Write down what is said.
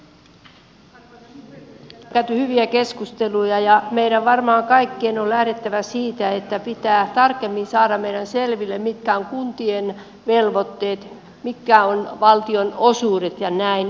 täällä on käyty hyviä keskusteluja ja meidän varmaan kaikkien on lähdettävä siitä että pitää tarkemmin saada meidän selville mitkä ovat kuntien velvoitteet mitkä ovat valtionosuudet jnp